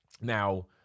Now